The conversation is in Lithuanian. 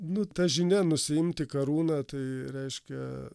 nu ta žinia nusiimti karūną tai reiškia